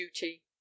duty